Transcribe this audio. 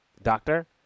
doctor